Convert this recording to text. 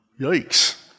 Yikes